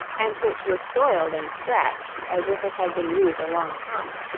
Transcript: and which was soiled and scratched as if it had been used a long time.